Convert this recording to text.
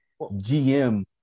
gm